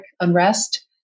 unrest